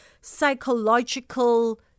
psychological